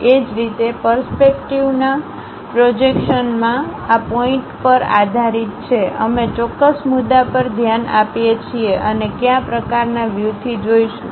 એ જ રીતે પરસ્પેક્ટવના પ્રોજેક્શન માં આ પોઇન્ટપોઇન્ટ પર આધારિત છે અમે ચોક્કસ મુદ્દા પર ધ્યાન આપીએ છીએ અને કયા પ્રકારનાં વ્યૂ થી જોશું